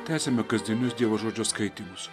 tęsiame kasdienius dievo žodžio skaitymus